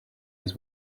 his